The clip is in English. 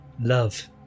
love